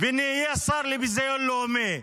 ונהיה שר לביזיון לאומי?